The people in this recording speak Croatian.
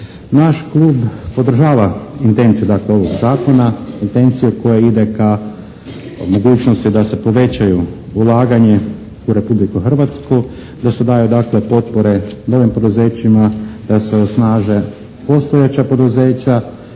Naš Klub podržava intenciju dakle ovog Zakona, intenciju koja ide ka mogućnosti da se povećaju ulaganje u Republiku Hrvatsku, da se daju dakle potpore novim poduzećima, da se osnaže postojeća poduzeća